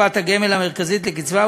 בקופת הגמל המרכזית לקצבה,